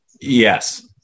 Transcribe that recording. Yes